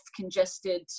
congested